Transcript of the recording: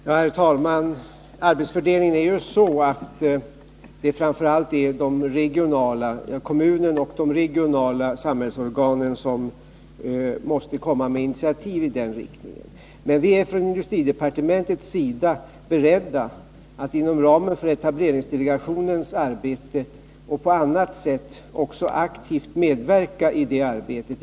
Herr talman! Arbetsfördelningen är sådan att det framför allt är kommunen och de regionala samhällsorganen som måste komma med initiativ i den riktningen. Men vi är från industridepartementets sida beredda att inom ramen för etableringsdelegationens arbete, och även på annat sätt, aktivt medverka i det arbetet.